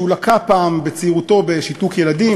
שלקה בצעירותו בשיתוק ילדים,